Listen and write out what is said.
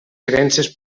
creences